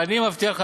אבל אני מבטיח לך,